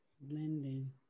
Blending